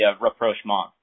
rapprochement